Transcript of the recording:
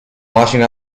washing